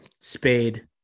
spade